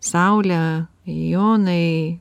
saule jonai